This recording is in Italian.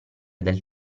del